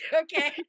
okay